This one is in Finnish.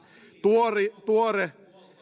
tuoreen